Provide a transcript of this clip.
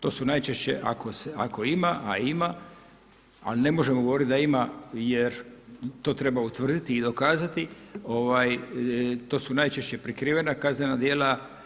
To su najčešće ako ima, a ima, ali ne možemo govoriti da ima jer to treba utvrditi i dokazati, to su najčešće prikrivena kaznena djela.